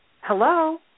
hello